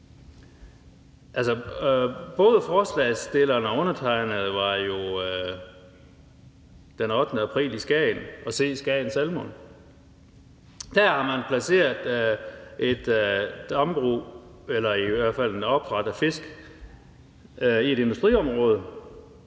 Både forslagsstilleren og undertegnede var jo den 8. april i Skagen for at se Skagen Salmon. Der har man placeret et dambrug – eller i hvert fald opdræt af fisk – i et industriområde.